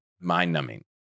mind-numbing